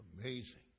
amazing